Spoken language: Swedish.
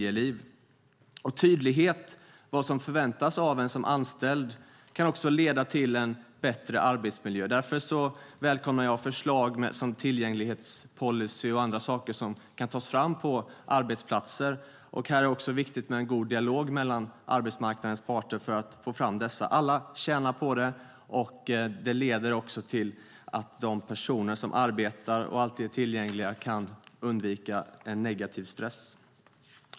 Tydlighet när det gäller vad som förväntas av en som anställd kan också leda till en bättre arbetsmiljö. Därför välkomnar jag förslag om tillgänglighetspolicyer och andra saker som kan tas fram på arbetsplatser. För att få fram sådana är det viktigt med en god dialog mellan arbetsmarknadens parter. Alla tjänar på det, och det leder till att de personer som arbetar och alltid är tillgängliga kan undvika negativ stress.